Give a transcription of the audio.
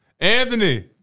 Anthony